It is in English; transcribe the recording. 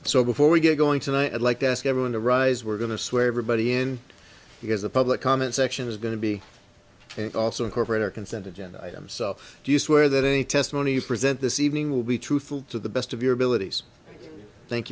so before we get going tonight i'd like to ask everyone to rise we're going to swear everybody in because the public comment section is going to be and also incorporate our consent agenda item so do you swear that any testimony you present this evening will be truthful to the best of your abilities thank